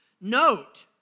Note